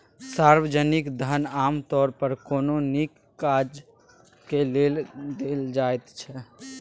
सार्वजनिक धन आमतौर पर कोनो नीक काजक लेल देल जाइत छै